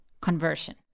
conversion